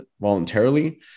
voluntarily